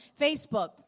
Facebook